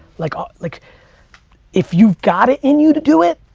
like ah like if you've got it in you to do it,